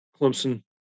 Clemson